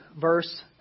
verse